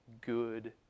good